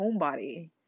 homebody